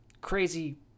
crazy